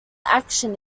action